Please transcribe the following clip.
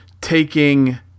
taking